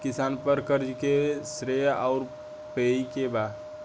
किसान पर क़र्ज़े के श्रेइ आउर पेई के बा?